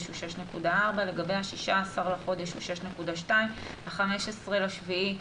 הוא 6.4%; לגבי ה-16 בחודש הוא 6.2%; ב-15 ביולי,